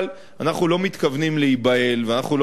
אבל אנחנו לא מתכוונים להיבהל ואנחנו לא